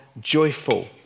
joyful